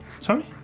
Sorry